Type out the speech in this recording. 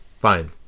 Fine